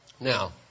Now